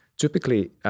Typically